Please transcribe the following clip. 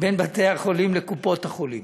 בין בתי-החולים לקופות-החולים,